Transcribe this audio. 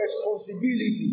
responsibility